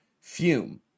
Fume